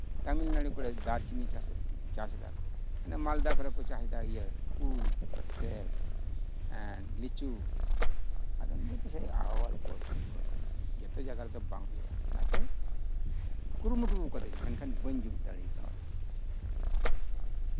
ᱛᱟᱢᱤᱞᱱᱟᱲᱩ ᱠᱚᱨᱮ ᱫᱟᱨᱪᱤᱱᱤ ᱪᱟᱥᱮᱜ ᱠᱟᱱᱟ ᱠᱚ ᱢᱟᱞᱫᱟ ᱠᱚᱨᱮ ᱠᱚ ᱪᱟᱥᱫᱟ ᱩᱞ ᱥᱮ ᱞᱤᱪᱩ ᱟᱫᱚᱧ ᱢᱮᱱᱫᱟ ᱟᱵᱚᱣᱟ ᱪᱮᱛᱟᱱ ᱱᱤᱨᱵᱷᱚᱨ ᱠᱟᱱᱟ ᱡᱚᱛᱚ ᱡᱟᱭᱜᱟ ᱨᱮᱫᱚ ᱵᱟᱝ ᱦᱩᱭᱩᱜᱼᱟ ᱚᱱᱟᱛᱮ ᱠᱩᱨᱩᱢᱩᱴᱩ ᱠᱟᱫᱟᱧ ᱢᱮᱱᱠᱷᱟᱱ ᱵᱟᱹᱧ ᱡᱩᱛ ᱫᱟᱲᱮ ᱟᱠᱟᱫᱟ